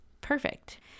perfect